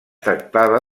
tractava